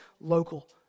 local